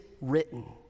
written